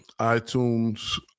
iTunes